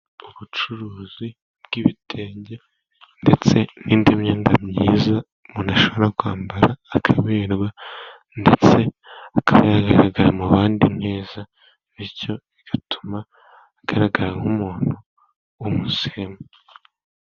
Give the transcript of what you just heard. Ubucuruzi bw'ibitenge, ndetse n'indi myenda myiza umuntu ashobora kwambara akaberwa, ndetse akaba yagaragara mu bandi neza, bityo bigatuma agaragara nk'umuntu w'umusirimu.